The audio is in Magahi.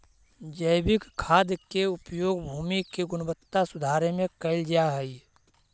जैविक खाद के उपयोग भूमि के गुणवत्ता सुधारे में कैल जा हई